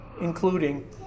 including